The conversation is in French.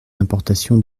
d’importation